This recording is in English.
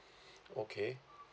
okay